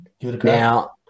Now